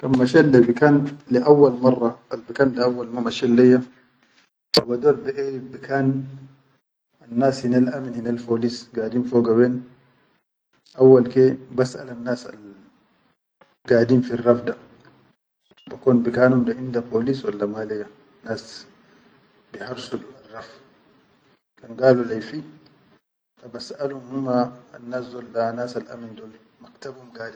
Kan ma shet le bikan le auwalmarra al bikan auwal ma mashet leyya haw bador baʼerif bikan anas hinel amil hinel folis gadin foga yen auwal ke basʼalalan al gadin fi rafda bikon bika num da inda police wa ma leyya, nas bihafsudu al-raf, kan galo leyyi fi, ha basʼalum humma anas dol da nasal amil dol da maktabum gade yen.